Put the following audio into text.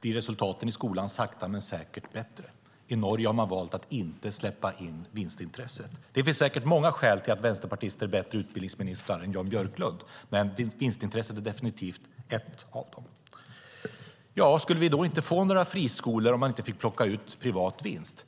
blir resultaten i skolan sakta men säkert bättre. I Norge har man valt att inte släppa in vinstintresset. Det finns säkert många skäl till att vänsterpartister är bättre utbildningsministrar än Jan Björklund, men vinstintresset är definitivt ett av dem. Skulle vi då inte få några friskolor om man inte fick plocka ut privat vinst?